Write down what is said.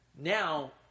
Now